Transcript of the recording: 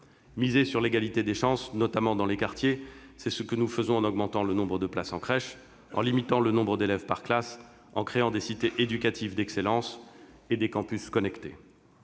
Miser sur l'égalité des chances, notamment dans les quartiers, c'est ce que nous faisons en augmentant le nombre de places en crèche, en limitant le nombre d'élèves par classe, en créant des cités éducatives d'excellence et des campus connectés.